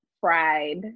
fried